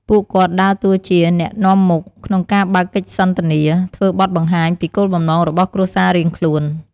ពួកគាត់ដើរតួជា អ្នកនាំមុខ ក្នុងការបើកកិច្ចសន្ទនា ធ្វើបទបង្ហាញពីគោលបំណងរបស់គ្រួសាររៀងខ្លួន។